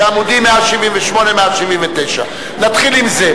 בעמודים 178 179. נתחיל עם זה,